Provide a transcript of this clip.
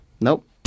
Nope